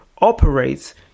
operates